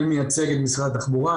אני מייצג את משרד התחבורה,